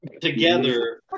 Together